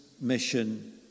mission